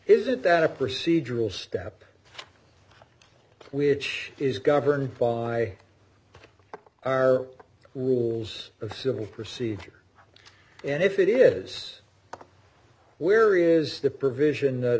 isn't that a procedural step which is governed by our rules of civil procedure and if it is where is the provision that